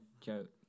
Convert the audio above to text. joke